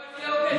אבל תהיה הוגן,